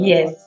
Yes